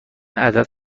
عدد